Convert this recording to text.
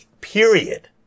period